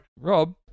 Rob